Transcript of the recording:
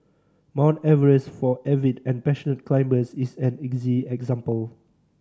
Mount Everest for avid and passionate climbers is an easy example